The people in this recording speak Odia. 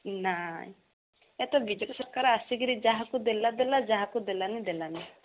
ନାଇଁ ଏତ ବି ଜେ ପି ସରକାର ଆସିକିରି ଯାହାକୁ ଦେଲା ଦେଲା ଯାହାକୁ ଦେଲାନି ଦେଲାନି